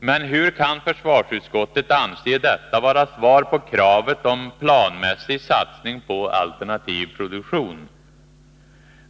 Men hur kan försvarsutskottet anse detta vara svar på kravet om planmässig satsning på alternativ produktion?